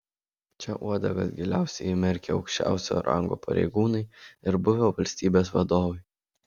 čia uodegas giliausiai įmerkę aukščiausio rango pareigūnai ir buvę valstybės vadovai